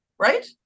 Right